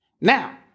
Now